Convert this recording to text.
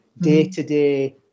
day-to-day